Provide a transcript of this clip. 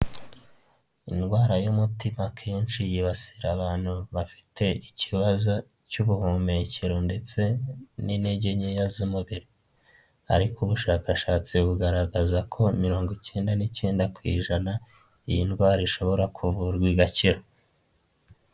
Indwara y'umutima akenshi yibasira abantu bafite ikibazo cy'ubuhumekero ndetse n'intege nkeya z'umubiri, ariko ubushakashatsi bugaragaza ko mirongo icyenda n'icyenda ku ijana, iyi ndwara ishobora kuvurwa igakira.